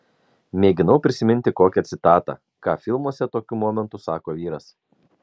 mėginau prisiminti kokią citatą ką filmuose tokiu momentu sako vyras